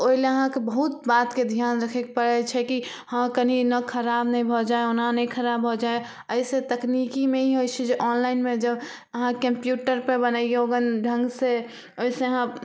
तऽ ओइला अहाँके बहुत बातके ध्यान रखयके पड़य छै कि हँ कनि एना खराब ने भऽ जाइ ओना नहि खराब भऽ जाइ एहिसँ तकनिकीमे ई होइ छै जे ऑनलाइनमे जब अहाँके कम्प्युटरपर बनइयौ अपन ढङ्गसँ ओइसँ अहाँ